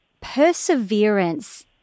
perseverance